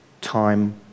time